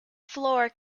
floor